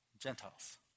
Gentiles